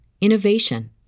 innovation